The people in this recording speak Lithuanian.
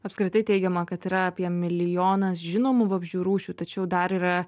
apskritai teigiama kad yra apie milijonas žinomų vabzdžių rūšių tačiau dar yra